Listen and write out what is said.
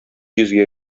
йөзгә